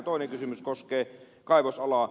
toinen kysymys koskee kaivosalaa